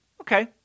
Okay